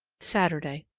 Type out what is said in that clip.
saturday.